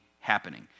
happening